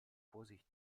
vorsicht